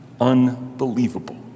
Unbelievable